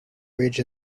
ridge